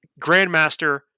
grandmaster